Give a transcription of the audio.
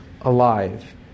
alive